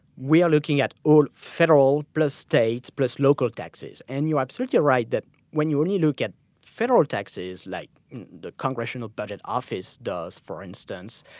we are looking at all federal, plus state, plus local taxes. and you're absolutely right that when you only look at federal taxes like the congressional budget office does, for instance,